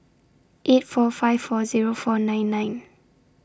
eight four five four Zero four nine nine